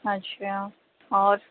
اچھا اور